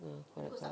ah correct correct